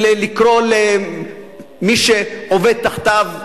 לקרוא למי שעובד תחתיו,